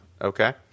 Okay